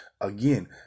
again